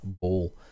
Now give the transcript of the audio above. ball